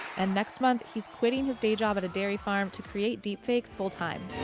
and next month, he's quitting his day job at a dairy farm to create deepfakes full time.